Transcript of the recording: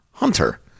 Hunter